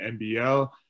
nbl